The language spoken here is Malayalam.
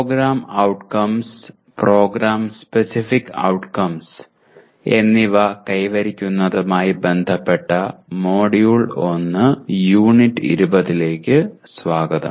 programme outcomes programme specific outcomes എന്നിവ കൈവരിക്കുന്നതുമായി ബന്ധപ്പെട്ട മൊഡ്യൂൾ 1 യൂണിറ്റ് 20 ലേക്ക് സ്വാഗതം